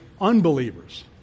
unbelievers